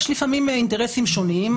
יש לפעמים אינטרסים שונים,